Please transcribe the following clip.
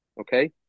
Okay